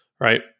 right